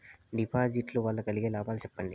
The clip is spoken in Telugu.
డిపాజిట్లు లు వల్ల కలిగే లాభాలు సెప్పండి?